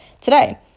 today